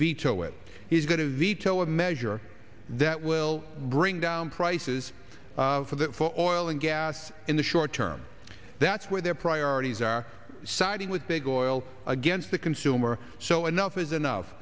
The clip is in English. veto it he's going to veto a measure that will bring down prices for that for oil and gas in the short term that's where their priorities are siding with big oil against the consumer so enough is enough